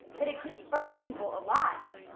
that it could burn people alive.